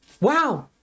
Wow